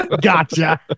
gotcha